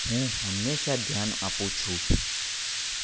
હું હંમેશા ધ્યાન આપું છું